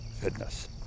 fitness